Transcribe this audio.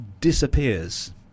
disappears